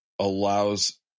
allows